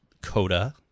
CODA